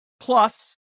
Plus